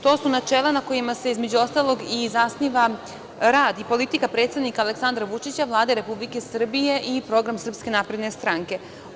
To su načela na kojima se, između ostalog, i zasniva rad i politika predsednika Aleksandra Vučića, Vlade Republike Srbije i program SNS.